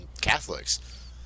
Catholics